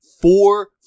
four